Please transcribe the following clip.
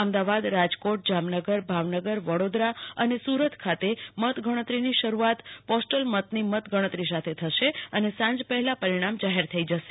અમદાવાદરાજકોટજામનગર ભાવનગર વડોદરા અને સુરત ખાતે મતગણતરીની શરૂઆત પોસ્ટલ મેતની ગણતરી સાથે શરૂ થશે અને સાંજ પહેલા પરિણામ જાહેર થઈ જશે